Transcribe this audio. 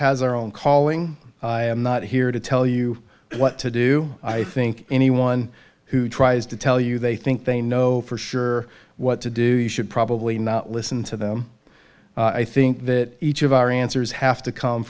our own calling i'm not here to tell you what to do i think anyone who tries to tell you they think they know for sure what to do should probably not listen to them i think that each of our answers have to come